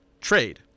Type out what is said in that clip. trade